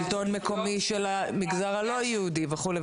ושלטון מקומי של המגזר הלא יהודי וכו'?